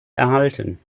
erhalten